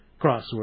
crossword